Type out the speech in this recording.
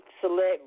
select